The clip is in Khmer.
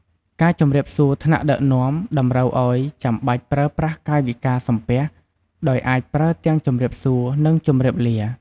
ការជម្រាបសួរថ្នាក់ដឹកនាំតម្រូវឱ្យចាំបាច់ប្រើប្រាស់កាយវិការ សំពះ ដោយអាចប្រើទាំងជម្រាបសួរនិងជម្រាបលា។